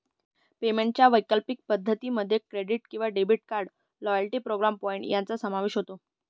पेमेंटच्या वैकल्पिक पद्धतीं मध्ये क्रेडिट किंवा debit card, loyalty program point यांचा समावेश होतो